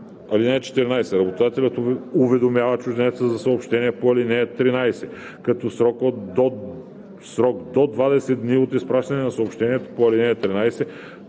(14) Работодателят уведомява чужденеца за съобщението по ал. 13, като в срок до 20 дни от изпращане на съобщението по ал. 13